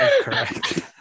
correct